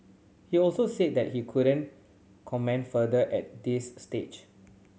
he also said that he couldn't comment further at this stage